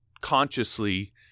consciously